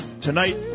Tonight